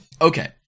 okay